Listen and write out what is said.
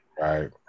Right